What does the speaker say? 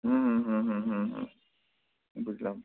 হুম হুম হুম হুম হুম হুম বুঝলাম